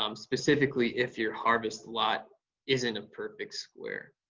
um specifically if your harvest lot isn't a perfect square.